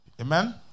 Amen